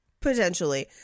Potentially